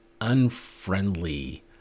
unfriendly